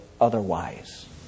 otherwise